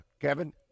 Kevin